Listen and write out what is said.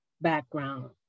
background